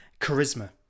charisma